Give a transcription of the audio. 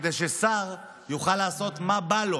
כדי ששר יוכל לעשות מה בא לו